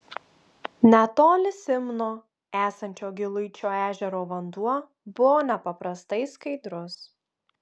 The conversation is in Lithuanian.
netoli simno esančio giluičio ežero vanduo buvo nepaprastai skaidrus